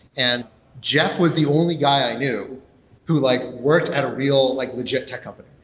and jeff was the only guy i knew who like worked at a real like legit tech company.